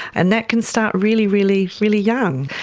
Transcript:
and that can start really, really really young.